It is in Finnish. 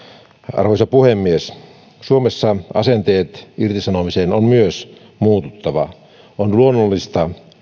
arvoisa puhemies suomessa myös asenteiden irtisanomiseen on muututtava on luonnollista